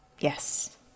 Yes